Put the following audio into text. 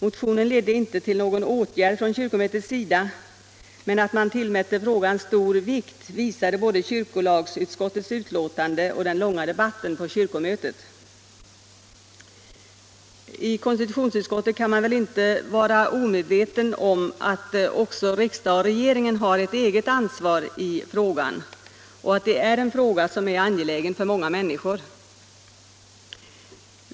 Motionen ledde inte till någon åtgärd från kyrkomötet, men att man tillmätte frågan stor vikt visade både kyrkolagsutskottets utlåtande och den långa debatten på kyrkomötet. I konstitutionsutskottet kan man väl inte vara omedveten om att också riksdag och regering har ett eget ansvar i frågan och att det är en fråga som många människor finner angelägen.